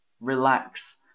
relax